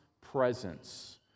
presence